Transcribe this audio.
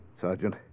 Sergeant